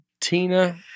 Tina